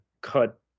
cut